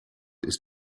ist